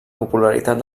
popularitat